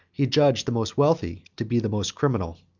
he judged the most wealthy to be the most criminal.